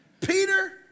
Peter